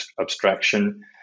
abstraction